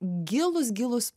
gilūs gilūs